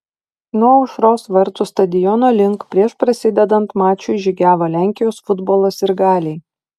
nuo aušros vartų stadiono link prieš prasidedant mačui žygiavo lenkijos futbolo sirgaliai